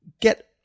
get